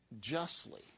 justly